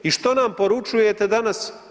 I što nam poručujete danas?